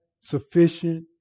sufficient